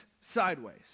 sideways